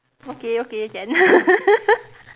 okay okay can